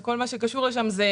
את כל הבעיות אני מבין.